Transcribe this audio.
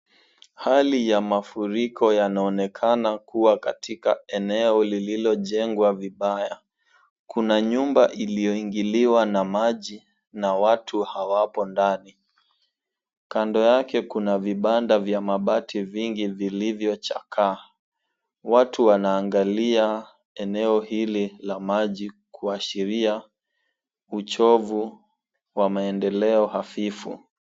Hali ya mafuriko yanaonekana kuwa katika eneo lililojengwa vibaya. Kuna nyumba iliyoingiliwa na maji na watu hawapo ndani. Kando yake kuna vibanda vya mabati vingi vilivyochakaa. Watu wanaangalia eneo hili la maji kuashiria uchovu wa maendeleo hafifu.